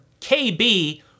KB